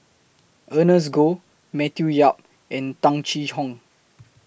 Ernest Goh Matthew Yap and Tung Chye Hong